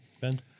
Ben